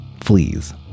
fleas